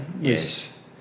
Yes